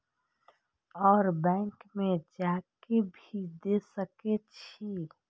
और बैंक में जा के भी दे सके छी?